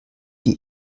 die